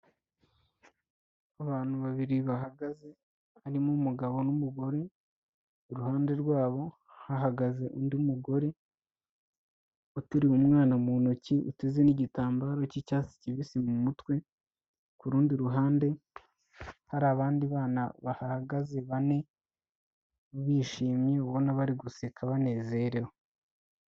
Abantu babiri bahagaze, harimo umugabo n'umugore, iruhande rwabo hahagaze undi mugore uteruye umwana mu ntoki uteze n'igitambaro cy'icyatsi kibisi mu mutwe; ku rundi ruhande hari abandi bana bahahagaze bane bishimye, ubona bari guseka banezerewe.